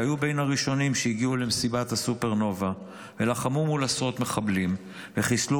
שהיו בין הראשונים שהגיעו למסיבת הנובה ולחמו מול עשרות מחבלים וחיסלו